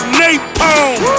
napalm